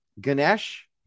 Ganesh